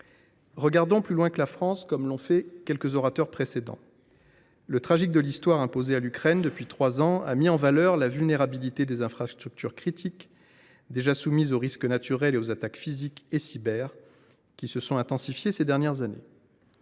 Regardons au delà de la France, comme l’ont fait quelques uns des orateurs précédents. Le tragique de l’Histoire, imposé à l’Ukraine depuis trois ans, a mis en évidence la vulnérabilité des infrastructures critiques déjà soumises aux risques naturels et aux attaques physiques et cyber, qui se sont intensifiées ces dernières années.